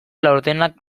laurdenak